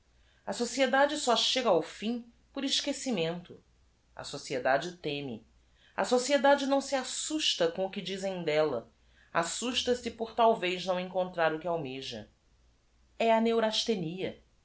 certo sociedade só chega ao fim por esquecimento a sociedade teme a sociedade não se assusta com o que dizem delia assusta-se por talvez não encontrar o que almeja a neurastbenia